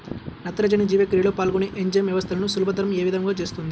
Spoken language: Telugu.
నత్రజని జీవక్రియలో పాల్గొనే ఎంజైమ్ వ్యవస్థలను సులభతరం ఏ విధముగా చేస్తుంది?